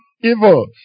evil